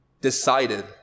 decided